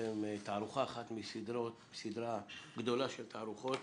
אתם תערוכה אחת מסדרה גדולה של תערוכות.